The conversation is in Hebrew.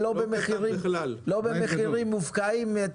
ולא במחירים מופקעים.